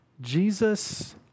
Jesus